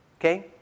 okay